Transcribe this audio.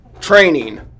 training